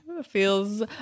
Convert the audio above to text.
feels